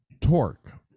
Torque